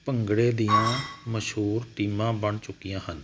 ਭੰਗੜੇ ਦੀਆਂ ਮਸ਼ਹੂਰ ਟੀਮਾਂ ਬਣ ਚੁੱਕੀਆਂ ਹਨ